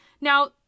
Now